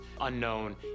unknown